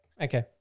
Okay